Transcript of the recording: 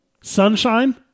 Sunshine